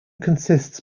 consists